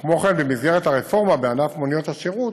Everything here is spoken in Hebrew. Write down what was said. וכמו כן, במסגרת הרפורמה בענף מוניות השירות